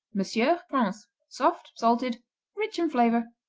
monsieur france soft salted rich in flavor.